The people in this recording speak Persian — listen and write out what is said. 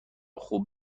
خوب